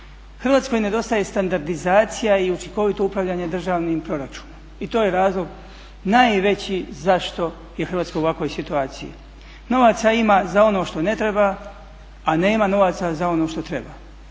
Hrvatskoj nedostaje standardizacija i učinkovito upravljanje državnim proračunom. I to je razlog najveći zašto je Hrvatska u ovoj situaciji. Novaca ima za ono što ne treba, a nema novaca za ono što treba.